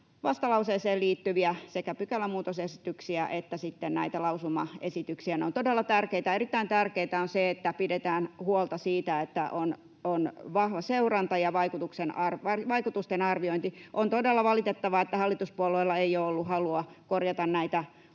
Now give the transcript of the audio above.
vastalauseeseen liittyviä sekä pykälämuutosesityksiä että sitten näitä lausumaesityksiä. Ne ovat todella tärkeitä. Erittäin tärkeätä on se, että pidetään huolta siitä, että on vahva seuranta ja vaikutusten arviointi. On todella valitettavaa, että hallituspuolueilla ei ole ollut halua korjata näitä